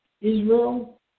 Israel